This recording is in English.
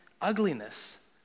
ugliness